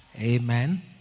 amen